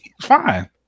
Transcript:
fine